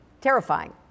terrifying